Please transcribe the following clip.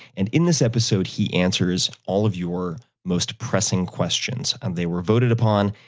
and in this episode, he answers all of your most-pressing questions, and they were voted upon,